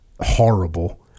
horrible